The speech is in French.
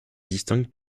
distingue